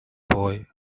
boy